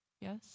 Yes